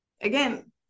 again